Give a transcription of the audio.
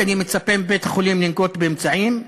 אני מצפה מבית-החולים לנקוט אמצעים,